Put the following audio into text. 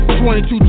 22